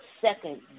second